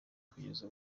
kugeza